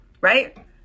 right